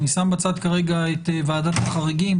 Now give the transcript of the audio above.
אני שם בצד כרגע את ועדת החריגים,